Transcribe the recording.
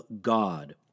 God